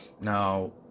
Now